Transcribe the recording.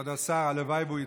כבוד השר, הלוואי שהוא יצטרך.